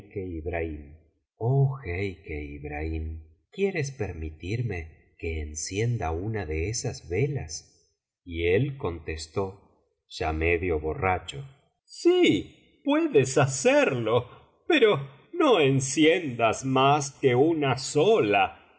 ibrahim quieres permitirme que encienda una de esas velas y él contestó ya medio borracho si puedes hacerlo pero no enciendas mas que una sola